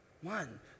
one